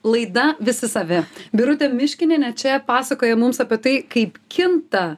laida visi savi birutė miškinienė čia pasakoja mums apie tai kaip kinta